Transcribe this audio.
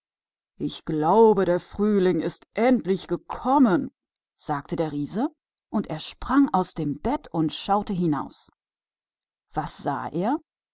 ich glaube der frühling ist endlich gekommen sagte der riese und er sprang aus dem bett und schaute hinaus und was sah er